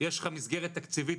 יש לך מסגרת תקציבית,